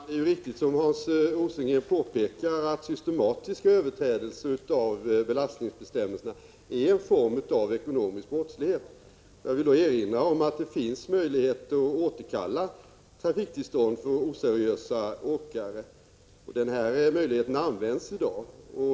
Fru talman! Det är riktigt, som Hans Rosengren påpekar, att systematiska överträdelser av belastningsbestämmelserna är en form av ekonomisk brottslighet. Jag vill erinra om att det finns möjligheter att återkalla trafiktillstånd för oseriösa åkare. Den möjligheten används i dag.